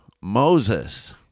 Moses